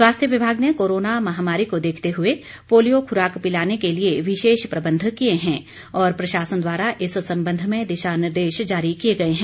स्वास्थ्य विभाग ने कोरोना महामारी को देखते हुए पोलियो खुराक पिलाने के लिए विशेष प्रबंध किए हैं और प्रशासन द्वारा इस संबंध में दिशानिर्देश जारी किए गए हैं